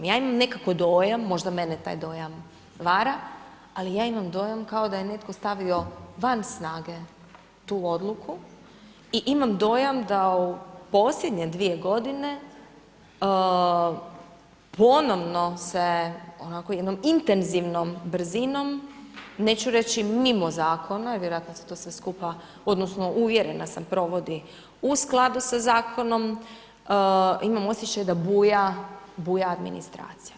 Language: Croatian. Ja imam nekako dojam, možda mene taj dojam vara, ali ja imam dojam kao da je netko stavio van snage tu odluku i imam dojam da u posljednje dvije godine, ponovno se, onako jednom intenzivnom brzinom, neću reći mimo Zakona vjerojatno se to sve skupa odnosno uvjerena sam, provodi u skladu sa zakonom, imam osjećaj da buja administracija.